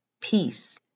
peace